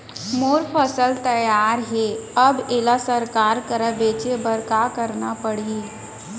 मोर फसल तैयार हे अब येला सरकार करा बेचे बर का करना पड़ही?